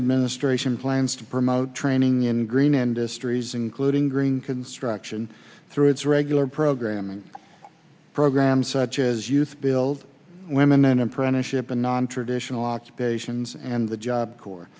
administration plans to promote training in green industries including green construction through its regular programming programs such as youth build women an apprenticeship and nontraditional occupations and the job corps